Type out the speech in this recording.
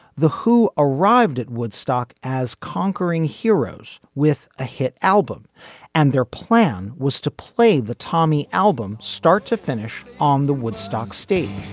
the who arrived at woodstock as conquering heroes with a hit album and their plan was to play the tommy album start to finish on the woodstock stage